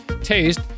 taste